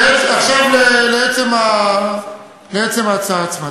עכשיו, לעצם ההצעה עצמה.